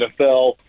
NFL